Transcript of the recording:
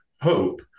hope